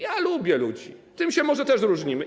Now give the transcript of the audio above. Ja lubię ludzi, tym się może też różnimy.